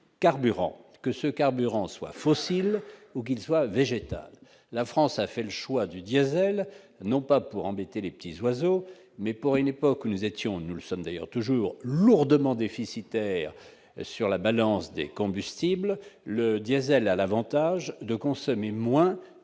carburant que ce carburant soit ou qu'il soit végétal, la France a fait le choix du diésel, non pas pour embêter les petits oiseaux, mais pour une époque nous étions, nous le sommes d'ailleurs toujours lourdement déficitaire sur la balance des combustibles, le diésel a l'Avantage de consommer moins